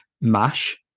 MASH